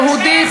יהודית,